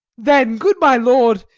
then, good my lord,